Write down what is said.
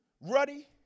ruddy